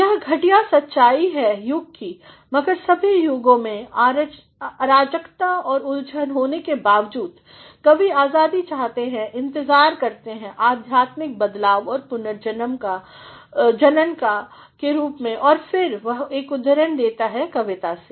यह घटिया सच्चाई है युग की मगर सभी युगों में आराजकता और उलझन होने के बावजूद कवि आज़ादी चाहते हैं जो इंतज़ार करते हैंआध्यात्मिकबदलाव और पुनर्जनन के रूप में और फिर वह एक उद्धरण देता है कविता से